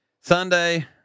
Sunday